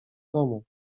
domu